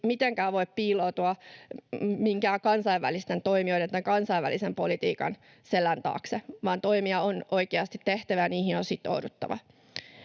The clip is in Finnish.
mitenkään voi piiloutua minkään kansainvälisten toimijoiden tai kansainvälisen politiikan selän taakse, vaan toimia on oikeasti tehtävä, ja niihin on sitouduttava.